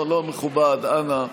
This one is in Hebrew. לא מכובד, אנא.